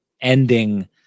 ending